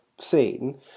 seen